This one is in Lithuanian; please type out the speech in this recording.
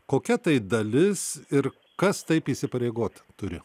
kokia tai dalis ir kas taip įsipareigoti turi